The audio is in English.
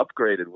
upgraded